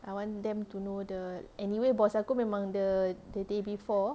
I want them to know the anyway boss aku memang the the day before